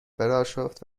براشفت